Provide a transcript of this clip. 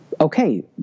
okay